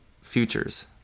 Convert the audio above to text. futures